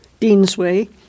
Deansway